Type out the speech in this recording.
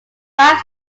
five